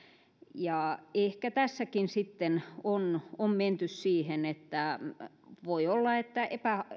ehkä tässäkin sitten on on menty siihen että voi olla että